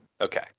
Okay